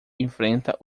enfrenta